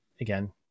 again